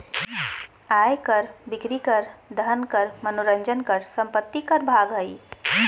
आय कर, बिक्री कर, धन कर, मनोरंजन कर, संपत्ति कर भाग हइ